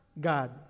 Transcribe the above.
God